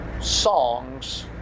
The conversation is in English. songs